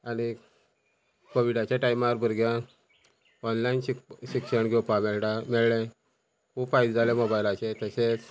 आनीक कोविडाच्या टायमार भुरग्यांक ऑनलायन शिक्षण घेवपा मेळटा मेळ्ळें खूब फायदे जाले मोबायलाचे तशेंच